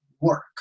work